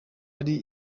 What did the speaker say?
ari